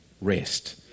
rest